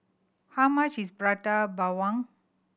how much is Prata Bawang